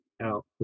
out